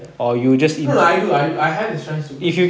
no lah I do I do I have the strength to process